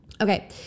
Okay